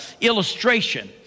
illustration